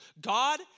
God